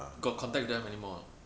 got contact with them anymore or not